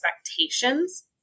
expectations